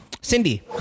cindy